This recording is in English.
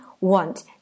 want